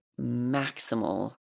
maximal